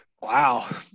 wow